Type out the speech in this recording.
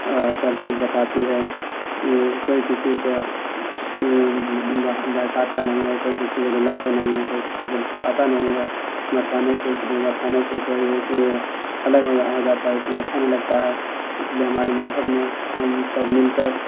ترتیب بتاتی ہے کوئی کسی کو بہکاتا نہیں ہے کوئی کسی کو رلاتا نہیں ہے کوئی کسی کو بھٹکاتا نہیں ہے بھٹکانے سے بھٹکانے سے کوئی الگ ہو ہو جاتا ہے اس لیے اچھا نہیں لگتا ہے اس لیے ہمارے مذہب میں ہم سب مل کر